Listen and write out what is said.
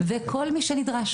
וכל מי שנדרש.